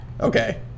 Okay